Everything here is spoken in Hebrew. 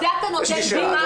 לזה אתה נותן במה?